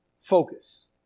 focus